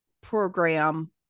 program